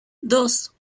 dos